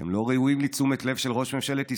אתם לא ראויים לתשומת לב של ראש ממשלת ישראל.